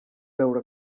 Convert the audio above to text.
veure